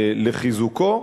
לחיזוקו,